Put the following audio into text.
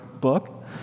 book